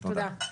תודה.